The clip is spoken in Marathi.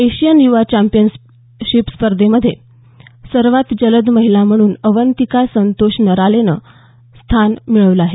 एशियन युवा चॅम्पियनशिपमध्ये सर्वात जलद महिला म्हणून अवंतिका संतोष नरालेनं स्थान मिळवलं आहे